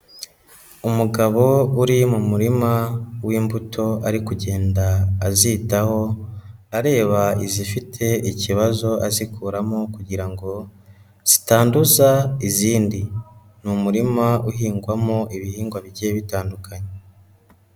Umugabo uri mu murima w'imbuto ari kugenda azitaho, areba izifite ikibazo azikuramo kugira ngo zitanduza izindi, ni umurima uhingwamo ibihingwa bigiye bitandukanye.